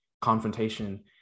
confrontation